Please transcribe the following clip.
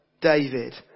David